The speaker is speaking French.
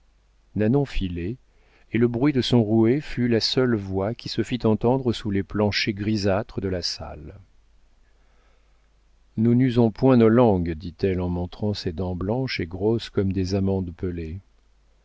nanon filait et le bruit de son rouet fut la seule voix qui se fît entendre sous les planchers grisâtres de la salle nous n'usons point nos langues dit-elle en montrant ses dents blanches et grosses comme des amandes pelées